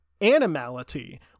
animality